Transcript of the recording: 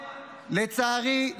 לצערי,